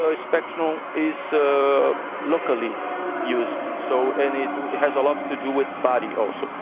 ah spectrum is locally used so and it it has a lot to do with body also,